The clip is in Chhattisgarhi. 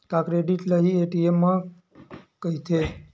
का क्रेडिट ल हि ए.टी.एम कहिथे?